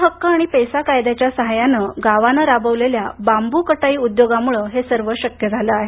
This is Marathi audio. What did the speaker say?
वनहक्क आणि पेसा कायद्याच्या सहाय्याने गावाने राबविलेल्या बांबू कटाई उद्योगामुळे हे सर्व शक्य झाले आहे